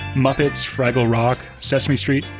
muppets fraggle rock, sesame street,